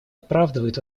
оправдывает